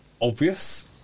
obvious